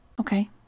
Okay